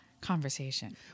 conversation